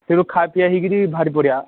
ସେଇଠୁ ଖା ପିଆ ହେଇକିରି ବାହାରି ପଡ଼ିବା